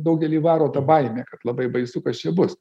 daugelį varo ta baimė kad labai baisu kas čia bus